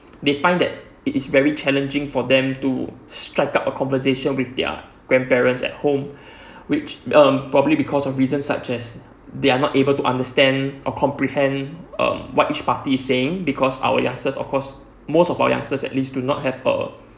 they find that it is very challenging for them to strike up a conversation with their grandparents at home which um probably because of reasons such as they're not able to understand or comprehend um what each party is saying because our youngsters of course most of our youngsters at least do not have a